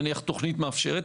נניח תוכנית מאפשרת.